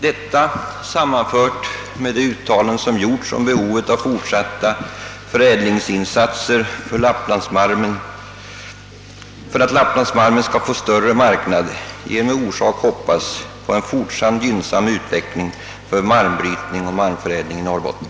Detta sammanfört med de uttalanden som gjorts om behovet av fortsatta förädlingsinsatser för att malmen skall få en större marknad ger mig anledning hoppas på fortsatt gynnsam utveckling för malmbrytning och malmförädling i Norrbotten.